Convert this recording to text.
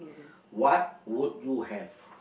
what would you have